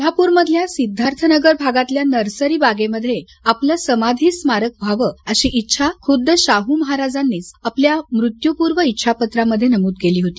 कोल्हापूरमधल्या सिद्धार्थनगर भागातल्या नर्सरी बागेमध्ये आपलं समाधी स्मारक व्हावं अशी इच्छा खुद्द शाह महाराजांनीच आपल्या मृत्यूपूर्व इच्छापत्रामध्ये नमूद केली होती